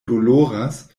doloras